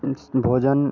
इस भोजन